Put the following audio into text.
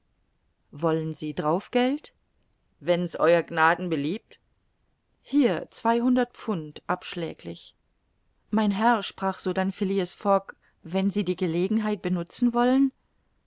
wollen sie draufgeld wenn's ew gnaden beliebt hier zweihundert pfund abschläglich mein herr sprach sodann phileas fogg zu fix wenn sie die gelegenheit benutzen wollen